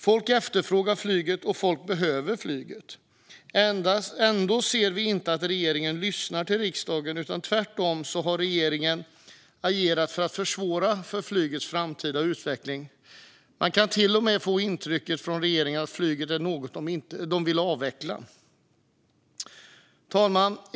Folk efterfrågar flyget, och folk behöver flyget. Ändå ser vi inte att regeringen lyssnar till riksdagen. Regeringen har tvärtom försvårat för flygets framtida utveckling. Man kan till och med få intrycket att flyget är något som regeringen vill avveckla. Fru talman!